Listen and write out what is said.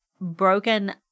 broken